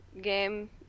game